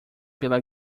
pela